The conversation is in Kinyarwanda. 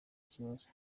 kibazo